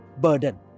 burden